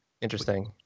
interesting